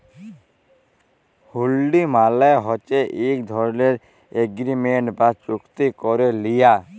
হুল্ডি মালে হছে ইক ধরলের এগ্রিমেল্ট বা চুক্তি ক্যারে লিয়া